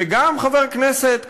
וגם חבר כנסת,